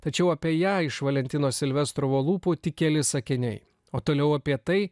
tačiau apie ją iš valentino silvestro lūpų tik keli sakiniai o toliau apie tai